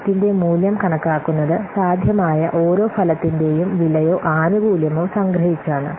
പ്രോജക്റ്റിന്റെ മൂല്യം കണക്കാക്കുന്നത് സാധ്യമായ ഓരോ ഫലത്തിന്റേയും വിലയോ ആനുകൂല്യമോ സംഗ്രഹിച്ചാണ്